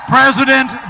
President